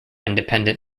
independent